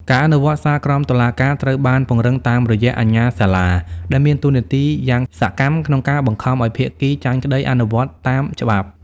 ការអនុវត្តសាលក្រមតុលាការត្រូវបានពង្រឹងតាមរយៈ "អាជ្ញាសាលា" ដែលមានតួនាទីយ៉ាងសកម្មក្នុងការបង្ខំឱ្យភាគីចាញ់ក្ដីអនុវត្តតាមច្បាប់។